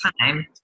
time